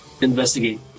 investigate